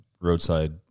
roadside